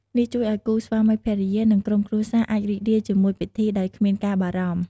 នេះជួយឲ្យគូស្វាមីភរិយា និងក្រុមគ្រួសារអាចរីករាយជាមួយពិធីដោយគ្មានការបារម្ភ។